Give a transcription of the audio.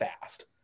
fast